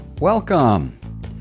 Welcome